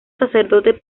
sacerdote